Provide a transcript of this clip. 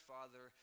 Father